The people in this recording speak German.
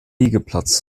liegeplatz